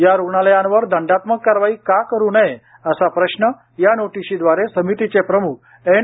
या रुग्णालयांवर दंडात्मक कारवाई का करू नये असा प्रश्न या नोटिशीद्वारे समितीचे प्रमुख एन